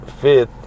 fit